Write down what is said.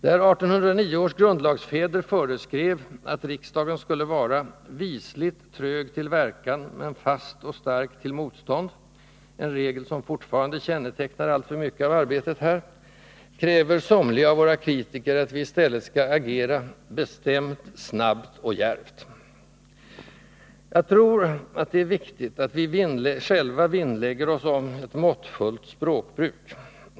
Där 1809 års grundlagsfäder föreskrev att riksdagen skulle vara ”visligt trög till verkan, men fast och stark till motstånd” —en regel som fortfarande kännetecknar allt för mycket av arbetet här — kräver somliga av våra kritiker att vi i stället skall agera ”bestämt, snabbt och djärvt”. Jag tror att det är viktigt att vi själva vinnlägger oss om ett måttfullt språkbruk.